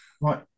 Right